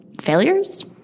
failures